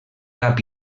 cap